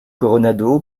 coronado